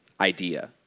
idea